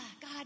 God